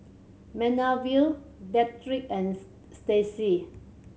Manervia Dedrick and Stacey